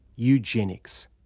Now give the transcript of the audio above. eugenics.